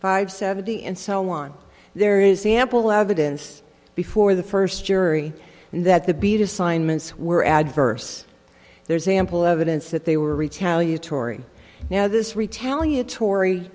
five seventy and so on there is ample evidence before the first jury that the beat assignments were adverse there is ample evidence that they were retaliatory now this retaliatory